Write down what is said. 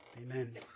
amen